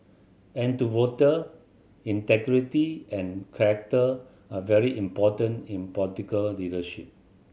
and to voter integrity and character are very important in political leadership